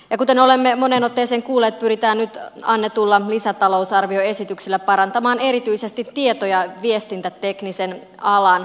ja kuten olemme moneen otteeseen kuulleet pyritään nyt annetulla lisätalousarvioesityksellä parantamaan erityisesti tieto ja viestintäteknisen alan työllisyyttä